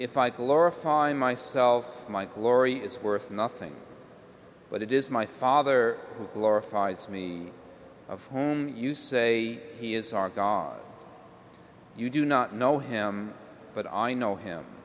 or find myself my glory is worth nothing but it is my father who glorifies me of home you say he is are gone you do not know him but i know him